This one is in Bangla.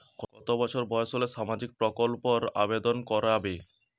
কত বছর বয়স হলে সামাজিক প্রকল্পর আবেদন করযাবে?